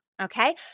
Okay